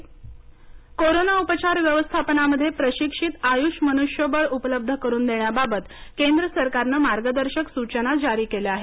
Ayush corona उपचार व्यवस्थापनामध्ये प्रशिक्षित आयुष मनुष्यबळ उपलब्ध करून देण्याबाबत केंद्र सरकारनं मार्गदर्शक सूचना जारी केल्या आहेत